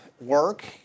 work